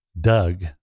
Doug